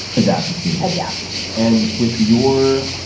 adapt if needed. adapt if needed. and with your,